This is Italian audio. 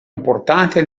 importante